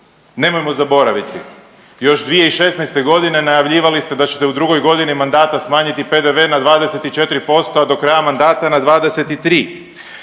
Nemojmo zaboraviti još 2016.g. najavljivali ste da ćete u drugoj godini mandata smanjiti PDV na 24%, a do kraja mandata na 23.